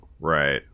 Right